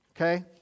okay